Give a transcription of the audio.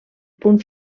punt